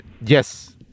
Yes